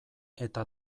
eta